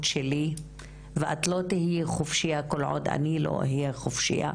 שלי ואת לא תהיי חופשיה כל עוד אני לא אהיה חופשיה,